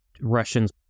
Russians